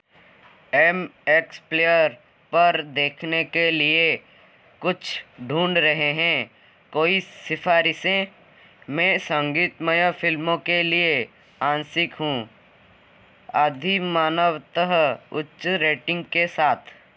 M X player पर देखने के लिए कुछ ढूंढ रहे हैं कोई सिफ़ारिशें मैं संगीतमय फिल्मों के लिए आंशिक हूँ अधिमानवतः उच्च रेटिंग के साथ